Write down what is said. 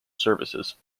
services